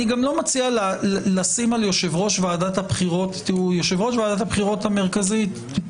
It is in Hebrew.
יושב-ראש ועדת הבחירות המרכזית,